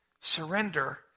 surrender